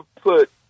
put